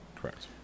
Correct